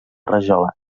rajola